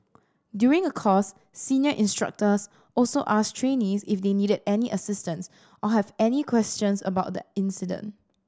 during a course senior instructors also asked trainees if they needed any assistance or have any questions about the incident